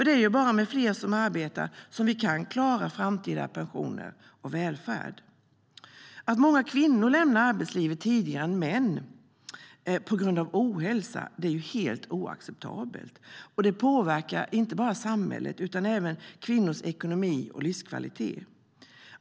Det är bara med fler som arbetar som vi kan klara framtida pensioner och välfärd. Att många kvinnor lämnar arbetslivet tidigare än män på grund av ohälsa är helt oacceptabelt. Det påverkar inte bara samhället utan även kvinnors ekonomi och livskvalitet.